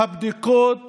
הבדיקות